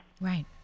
Right